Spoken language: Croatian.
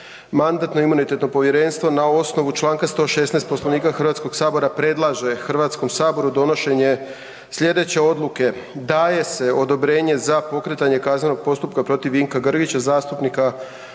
Mandatno-imunitetno povjerenstvo na osnovu čl. 116. Poslovnika HS-a predlaže HS-u donošenje sljedeće odluke: Daje se odobrenje za nastavak kaznenog postupka protiv Darka Puljašića, zastupnika u